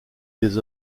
les